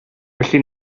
felly